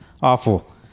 awful